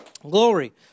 Glory